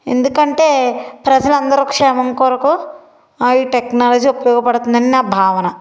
ఎందుకంటే ప్రజలందరి క్షేమం కొరకు ఈ టెక్నాలజీ ఉపయోగపడతందని నా భావన